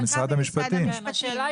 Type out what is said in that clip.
השאלה